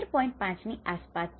5 ની આસપાસ છે